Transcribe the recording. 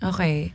Okay